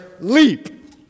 leap